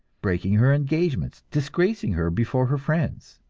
breaking her engagements, disgracing her before her friends.